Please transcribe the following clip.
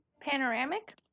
panoramic